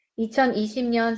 2020년